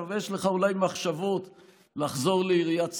אבל יש לך אולי מחשבות לחזור לעיריית סח'נין.